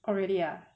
oh really ah